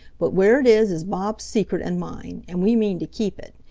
but where it is is bob's secret and mine, and we mean to keep it.